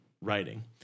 writing